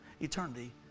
eternity